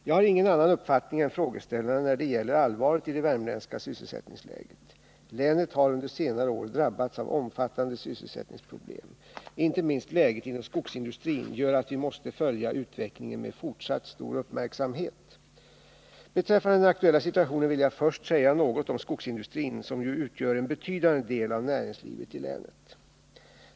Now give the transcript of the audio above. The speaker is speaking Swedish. Jag har ingen annan uppfattning än frågeställarna när det gäller allvaret i det värmländska sysselsättningsläget. Länet har under senare år drabbats av omfattande sysselsättningsproblem. Inte minst läget inom skogsindustrin gör att vi måste följa utvecklingen med fortsatt stor uppmärksamhet. 117 Beträffande den aktuella situationen vill jag först säga något om skogsindustrin, som ju utgör en betydande del av näringslivet i länet.